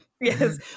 Yes